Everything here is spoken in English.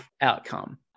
outcome